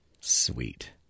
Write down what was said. Sweet